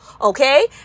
Okay